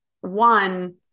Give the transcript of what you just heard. one